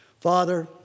father